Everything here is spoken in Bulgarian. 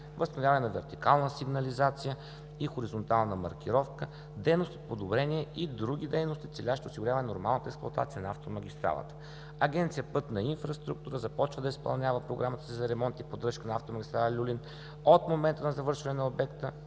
възстановяване на вертикална сигнализация и хоризонтална маркировка; дейности, подобрения и други дейности, целящи осигуряване нормалната експлоатация на автомагистралата. Агенция „Пътна инфраструктура“ започва да изпълнява програмата си за ремонт и поддръжка на автомагистрала „Люлин“ от момента на завършване на обекта